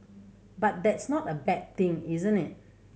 but that's not a bad thing isn't it